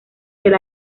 del